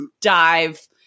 dive